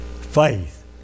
faith